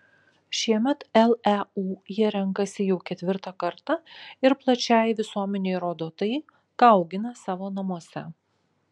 šiemet leu jie renkasi jau ketvirtą kartą ir plačiajai visuomenei rodo tai ką augina savo namuose